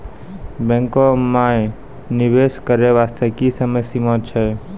बैंको माई निवेश करे बास्ते की समय सीमा छै?